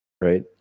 right